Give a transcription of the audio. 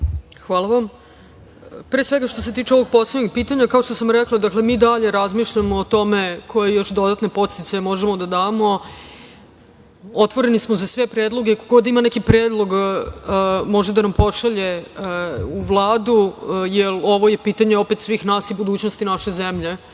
Hvala vam. Pre svega što se tiče ovog poslednjeg pitanja, kao što sam rekla, mi i dalje razmišljamo o tome koje još dodatne podsticaje možemo da damo. Otvoreni smo za sve predloge. Ko god ima neki predlog može da nam pošalje u Vladu, jer ovo je pitanje opet svih nas i budućnost naše zemlje,